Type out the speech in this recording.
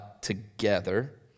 together